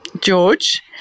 George